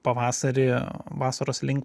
pavasarį vasaros link